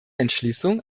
entschließung